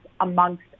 amongst